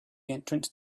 entrance